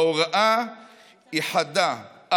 ההוראה היא חדה,